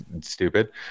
stupid